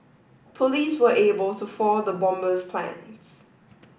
police were able to for the bomber's plans